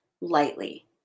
lightly